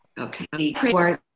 okay